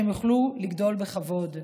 ושם הם יוכלו לגדול בכבוד.